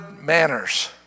manners